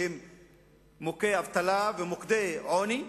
שהם מוכי אבטלה ומוקדי עוני,